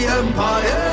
empire